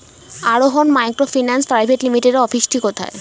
আরোহন microfinance private লিমিটেডের অফিসটি কোথায়?